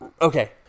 Okay